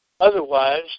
Otherwise